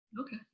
okay